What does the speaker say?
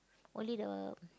only the